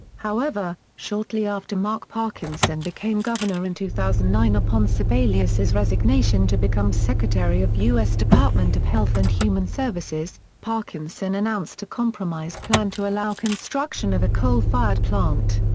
however, shortly after mark parkinson became governor in two thousand and nine upon sebelius's resignation to become secretary of u s. department of health and human services, parkinson announced a compromise plan to allow construction of a coal-fired plant.